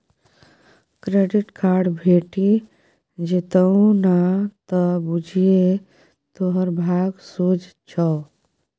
credit card भेटि जेतउ न त बुझिये तोहर भाग सोझ छौ